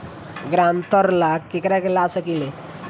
ग्रांतर ला केकरा के ला सकी ले?